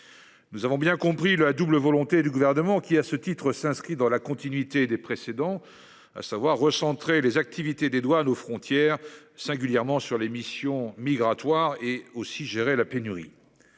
Nous avons bien compris la double volonté du gouvernement qui à ce titre s'inscrit dans la continuité des précédents, à savoir recentrer les activités des douanes aux frontières singulièrement sur l'émission migratoire et aussi gérer la pénurie.